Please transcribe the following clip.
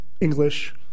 English